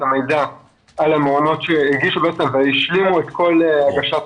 את המידע על המעונות שהשלימו את כל בקשת